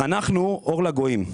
אנחנו אור לגויים.